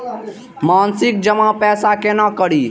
मासिक जमा पैसा केना करी?